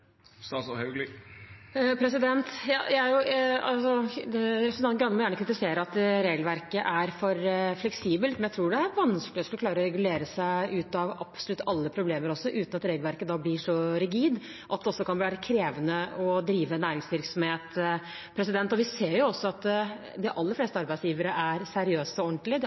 Representanten Grande må gjerne kritisere at regelverket er for fleksibelt, men jeg tror det er vanskelig å klare å regulere seg ut av absolutt alle problemer uten at regelverket blir så rigid at det kan være krevende å drive næringsvirksomhet. Vi ser også at de aller fleste arbeidsgivere er seriøse og